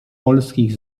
polskich